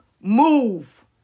Move